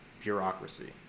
bureaucracy